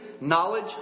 knowledge